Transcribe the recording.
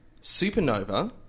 Supernova